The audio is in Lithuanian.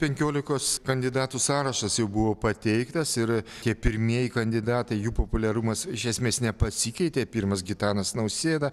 penkiolikos kandidatų sąrašas jau buvo pateiktas ir tie pirmieji kandidatai jų populiarumas iš esmės nepasikeitė pirmas gitanas nausėda